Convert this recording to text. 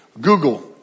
Google